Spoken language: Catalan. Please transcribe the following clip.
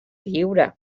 lliure